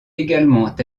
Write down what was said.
également